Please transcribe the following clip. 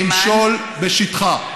למשול בשטחה.